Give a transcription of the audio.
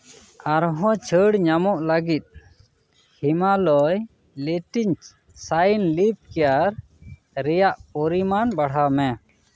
ᱟᱨᱦᱚᱸ ᱪᱷᱟᱹᱲ ᱧᱟᱢᱚᱜ ᱞᱟᱹᱜᱤᱫ ᱦᱤᱢᱟᱞᱚᱭᱟ ᱞᱤᱪᱤ ᱥᱟᱭᱤᱱ ᱞᱤᱯ ᱠᱮᱭᱟᱨ ᱨᱮᱭᱟᱜ ᱯᱚᱨᱤᱢᱟᱱ ᱵᱟᱲᱦᱟᱣ ᱢᱮ